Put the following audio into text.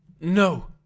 No